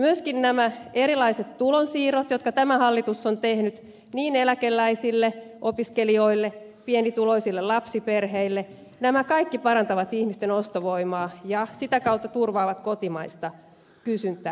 myöskin nämä erilaiset tulonsiirrot jotka tämä hallitus on tehnyt niin eläkeläisille opiskelijoille pienituloisille lapsiperheille nämä kaikki parantavat ihmisten ostovoimaa ja sitä kautta turvaavat kotimaista kysyntää